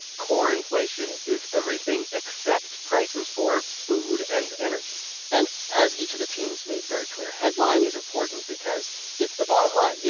core inflation is everything except prices for food and energy and as each of the teams made very clear. headline is important because it's the bottom line? yeah